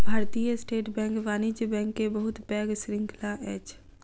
भारतीय state bank वाणिज्य bank के बहुत पैघ श्रृंखला अछि